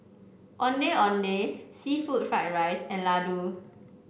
Ondeh Ondeh seafood Fried Rice and Laddu